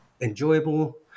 enjoyable